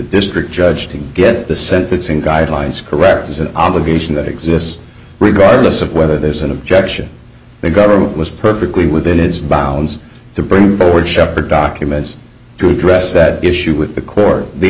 district judge to get the sentencing guidelines correct is an obligation that exists regardless of whether there's an objection the government was perfectly within its bounds to bring forward shephard documents to address that issue with the core the